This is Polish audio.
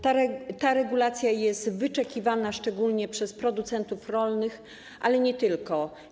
Ta regulacja jest wyczekiwana szczególnie przez producentów rolnych, ale nie tylko.